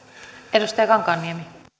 arvoisa